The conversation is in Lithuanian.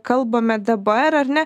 kalbame dabar ar ne